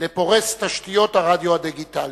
לפורס תשתיות הרדיו הדיגיטלי.